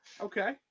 Okay